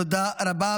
תודה רבה.